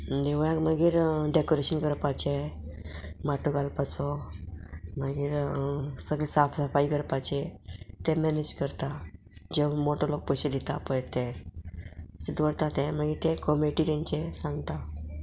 देवळाक मागीर डेकोरेशन करपाचें माटो घालपाचो मागीर सगळें साफ सफाइ करपाचें तें मॅनेज करता जेवण मोटो लोक पयशे दिता पळय ते दवरता ते मागीर ते कॉमेटी तेंचे सांगता